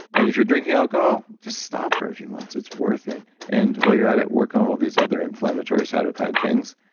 and if you're drinking alcohol, just stop for a few months. it's worth it and while you're out at work on all these other inflammatory cytokine things,